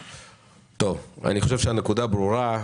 טוב, אני חושב שהנקודה ברורה.